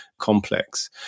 complex